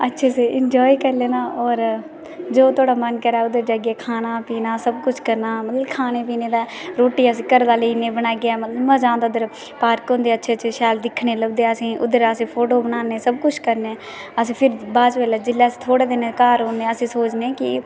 अच्छे से एंजॉय कर लैना होर जो थुआढ़ा मन करै ओह् किश करना मतलब खाना पीना सबकुछ रोटी अस घरा दा लेई जन्ने बनाइयै ते मतलब पार्क होंदे दिक्खनै ई इन्ने अच्छे अच्छे लभदे असें ई उद्धर अस फोटो बनाने सबकुछ करने अस बाद बेल्लै अस थोह्ड़े दिन बाद घर औने ते सोचने की